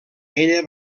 ella